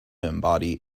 embody